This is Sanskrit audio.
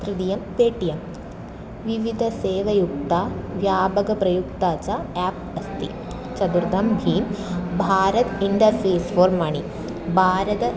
तृतीयं पेटियं विविधसेवयुक्ता व्यापकप्रयुक्ता च एप् अस्ति चतुर्थं भीं भारत् इण्डर्फ़ीस फ़ोर् मणिः भारतं